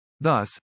Thus